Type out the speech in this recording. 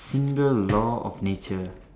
single law of nature